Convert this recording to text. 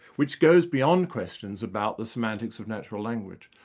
which goes beyond questions about the semantics of natural language.